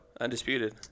undisputed